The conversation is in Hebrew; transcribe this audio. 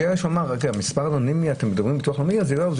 אמרתי: אתם מדברים מביטוח לאומי במספר אנונימי?